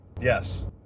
Yes